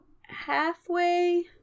halfway